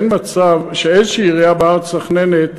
אין מצב שאיזושהי עירייה בארץ מתכננת,